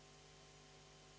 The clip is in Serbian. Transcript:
Hvala.